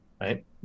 Right